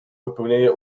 wypełnienie